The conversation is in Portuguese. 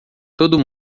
todo